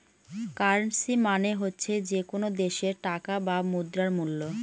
currency মানে হচ্ছে যে কোনো দেশের টাকা বা মুদ্রার মুল্য